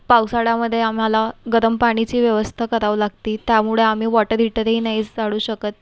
पावसाळ्यामधे आम्हाला गरम पाणीची व्यवस्था करावं लागती त्यामुळे आम्ही वॉटर हीटरही नाही जाळू शकत